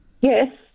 Yes